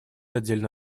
отдельно